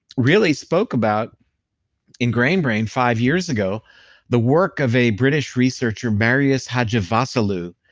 really spoke about in grain brain five years ago the work of a british researcher marios hadjivassiliou,